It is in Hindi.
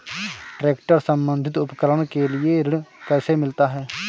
ट्रैक्टर से संबंधित उपकरण के लिए ऋण कैसे मिलता है?